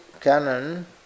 Canon